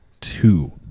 two